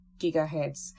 gigahertz